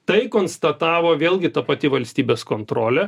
tai konstatavo vėlgi ta pati valstybės kontrolė